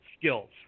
skills